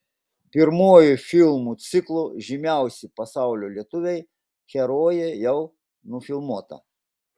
pirmoji filmų ciklo žymiausi pasaulio lietuviai herojė jau nufilmuota